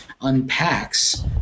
unpacks